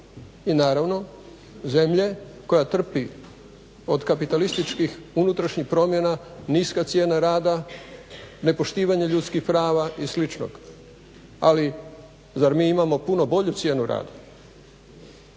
I naravno zemlje koja trpi od kapitalističkih unutrašnjih promjena, niske cijene rada, nepoštivanje ljudskih prava i sličnog. Ali zar mi imamo puno bolju cijenu rada?